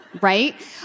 right